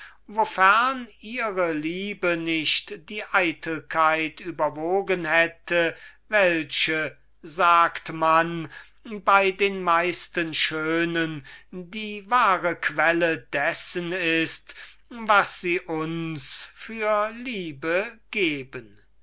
ihre liebe nicht die eitelkeit überwogen hätte welche bei den meisten schönen die wahre quelle dessen ist was sie uns für liebe geben